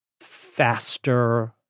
faster